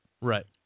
Right